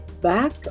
back